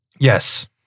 Yes